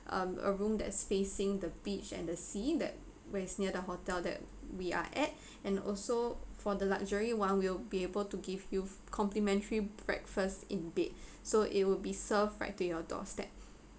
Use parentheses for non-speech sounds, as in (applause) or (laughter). uh a room that's facing the beach and the sea that where's near the hotel that we are at (breath) and also for the luxury one will be able to give you complimentary breakfast in bed (breath) so it would be served right to your doorstep